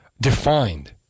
defined